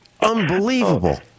Unbelievable